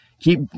keep